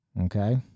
Okay